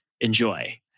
Enjoy